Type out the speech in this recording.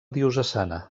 diocesana